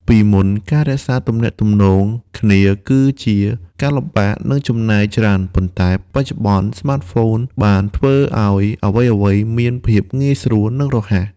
ពីមុន ការរក្សាទំនាក់ទំនងគ្នាគឺជាការលំបាក និងចំណាយច្រើន ប៉ុន្តែបច្ចុប្បន្ន ស្មាតហ្វូនបានធ្វើឲ្យអ្វីៗមានភាពងាយស្រួល និងរហ័ស។